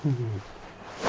mmhmm